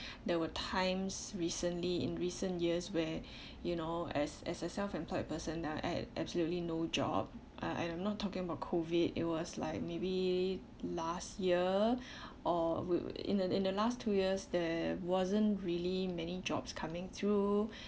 there were times recently in recent years where you know as as a self employed person I I've absolutely no job uh I'm not talking about COVID it was like maybe last year or would in the in the last two years there wasn't really many jobs coming through